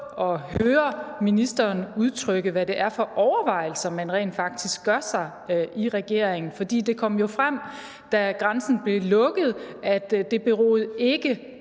og høre ministeren udtrykke, hvad det er for overvejelser, man rent faktisk gør sig i regeringen. For det kom jo frem, da grænsen blev lukket, at det ikke